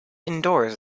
indoors